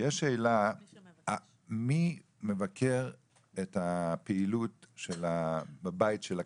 יש שאלה מי מבקר את הפעילות בבית של הקשיש.